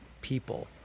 people